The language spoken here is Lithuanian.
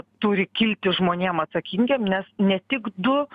turi kilti žmonėm atsakingiem nes ne tik du